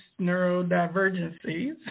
neurodivergencies